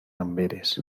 amberes